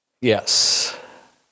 Yes